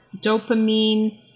dopamine